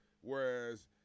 whereas